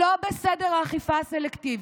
לא בסדר האכיפה הסלקטיבית,